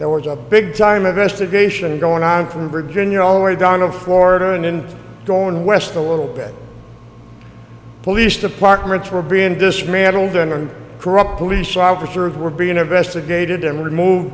were just big time investigation going on from virginia all the way down to florida and in gone west a little bit police departments were being dismantled and corrupt police officers were being investigated and removed